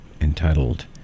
entitled